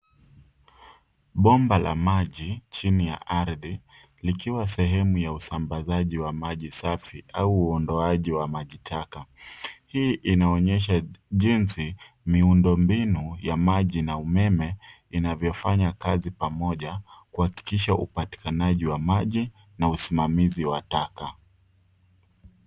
Bomba la maji chini ya ardhi likiwa sehemu ya usambazaji wa maji safi au uondoaji wa majitaka. Hii inaonyesha jinsi miundombinu ya maji na umeme inavyofanya kazi pamoja kuhakikisha upatikanaji wa maji na usimamizi wa taka.